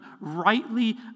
rightly